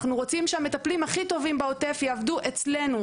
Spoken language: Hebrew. אנחנו רוצים שהמטפלים הכי טובים בעוטף יעבדו אצלנו.